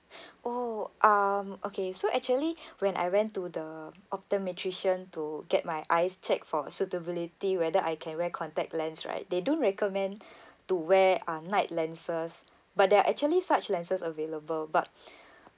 oh um okay so actually when I went to the optometrician to get my eyes check for suitability whether I can wear contact lens right they don't recommend to wear uh night lenses but there are actually such lenses available but